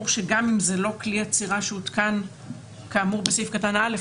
קנס גם אם זה לא לכלי אצירה שהותקן כאמור בסעיף קטן (א).